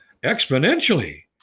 exponentially